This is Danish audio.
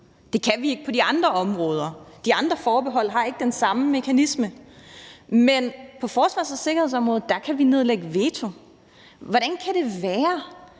Det kan vi ikke på de andre områder. De andre forbehold har ikke den samme mekanisme, men på forsvars- og sikkerhedsområdet kan vi nedlægge veto. Hvordan kan det være,